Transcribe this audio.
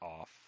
off